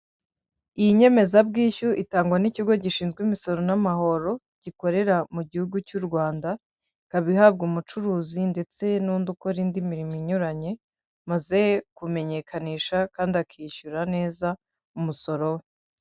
Iyi nyemezabwishyu itangwa n'ikigo gishinzwe imisoro n'amahoro gikorera mu gihugu cy'u Rwanda ikaba ihabwa umucuruzi ndetse n'undi ukora indi mirimo inyuranye umaze kumenyekanisha kandi akishyura neza umusoro we.